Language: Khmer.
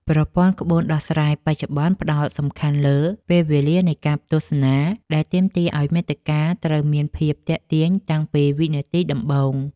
ប្រព័ន្ធក្បួនដោះស្រាយបច្ចុប្បន្នផ្ដោតខ្លាំងលើ ពេលវេលានៃការទស្សនា ដែលទាមទារឱ្យមាតិកាត្រូវមានភាពទាក់ទាញតាំងពីវិនាទីដំបូង។